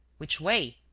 which way?